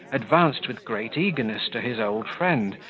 advanced with great eagerness to his old friend,